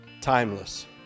timeless